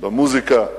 במוזיקה,